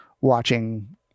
watching